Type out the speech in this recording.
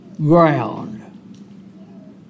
ground